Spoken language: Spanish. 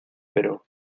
pero